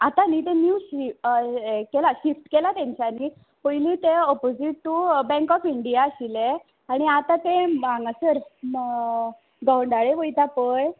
आतां न्हय तें न्यू शि हें केलां शिफ्ट केलां तेंच्यानी पयली तें opposite to bank of India आशिल्लें आनी आतां तें हांगासर म गवंडाळे वयता पळय